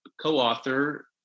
co-author